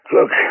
Look